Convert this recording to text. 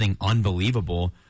unbelievable